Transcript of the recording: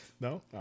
No